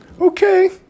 Okay